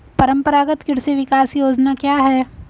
परंपरागत कृषि विकास योजना क्या है?